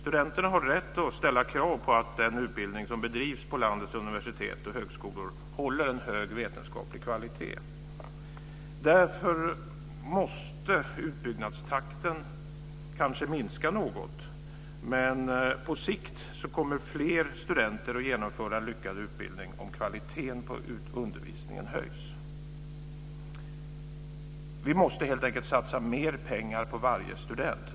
Studenterna har rätt att ställa krav på att den utbildning som bedrivs på landets universitet och högskolor håller en hög vetenskaplig kvalitet. Därför måste utbyggnadstakten kanske minska något, men på sikt kommer fler studenter att genomföra en lyckad utbildning om kvaliteten på undervisningen höjs. Vi måste helt enkelt satsa mer pengar på varje student.